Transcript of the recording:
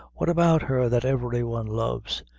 what about her that every one loves?